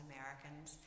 Americans